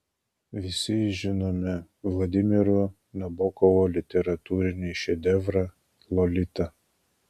visi žinome vladimiro nabokovo literatūrinį šedevrą lolita